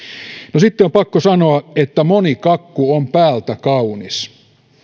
sitten on pakko sanoa että moni kakku on päältä kaunis